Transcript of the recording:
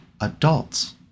adults